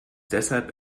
deshalb